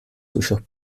suyos